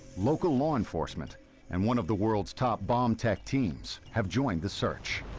local law enforcement and one of the world's top bomb tech teams have joined the search.